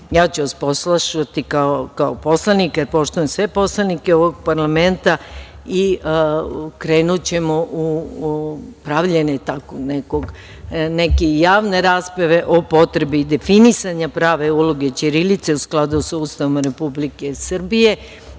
ja ću vas poslušati kao poslanika, jer poštujem sve poslanike ovog parlamenta i krenućemo u pravljenje neke javne rasprave o potrebi definisanja prave uloge ćirilice u skladu sa Ustavom Republike Srbije